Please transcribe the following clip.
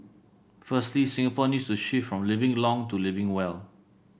firstly Singapore needs to shift from living long to living well